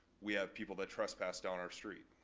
we have people that trespass down our street.